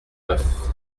neuf